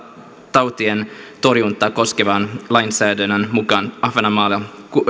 tautien torjuntaa koskevan lainsäädännön mukaan ahvenanmaalla